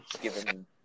given